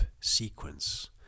sequence